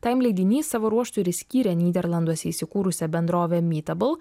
taim leidinys savo ruožtu ir išskyrė nyderlanduose įsikūrusią bendrovę mytabl